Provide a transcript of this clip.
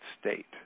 state